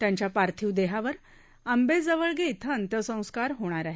त्यांच्या पार्थिव देहावर आंबेजवळगे क्षें अंत्यसंस्कार होणार आहेत